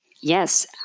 Yes